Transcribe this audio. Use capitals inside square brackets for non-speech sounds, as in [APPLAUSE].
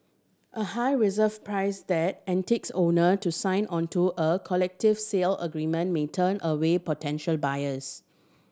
a high reserve price that [UNINTELLIGIBLE] owner to sign onto a collective sale agreement may turn away potential buyers